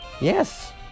yes